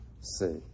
see